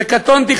וקטונתי,